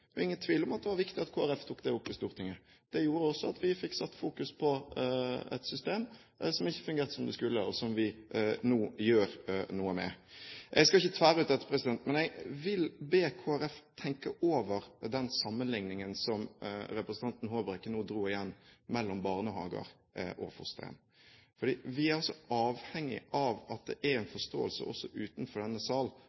Det er ingen tvil om at det var viktig at Kristelig Folkeparti tok det opp i Stortinget. Det gjorde også at vi fikk fokusert på et system som ikke fungerte som det skulle, og som vi nå gjør noe med. Jeg skal ikke tvære ut dette, men jeg vil be Kristelig Folkeparti tenke over den sammenlikningen som representanten Håbrekke igjen trakk mellom barnehager og fosterhjem. Vi er altså avhengig av at det er en